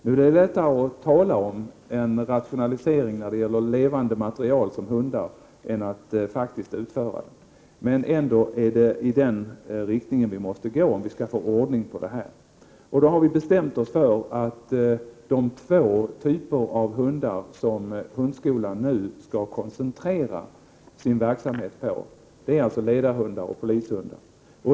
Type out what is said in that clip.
När det gäller levande material som hundar är det dock lättare att tala om en rationalisering än att faktiskt genomföra den. Vi måste ändå gå i den riktningen om vi skall kunna få ordning på detta. Vi har därför bestämt oss för att hundskolan skall koncentrera sin verksamhet på två typer av hundar —ledarhundar och polishundar.